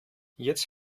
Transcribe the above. jetzt